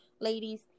ladies